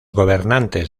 gobernantes